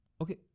okay